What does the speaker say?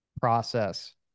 process